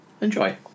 Enjoy